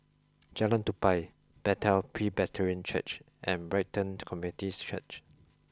Jalan Tupai Bethel Presbyterian Church and Brighton Community's Church